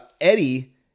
Eddie